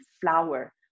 flower